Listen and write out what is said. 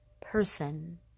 person